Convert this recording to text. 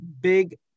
big